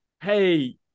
hey